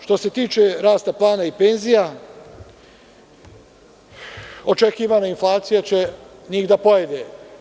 Što se tiče rasta plata i penzija, očekivana inflacija će njih da pojede.